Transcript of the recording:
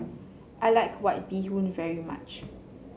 I like White Bee Hoon very much